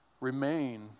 remain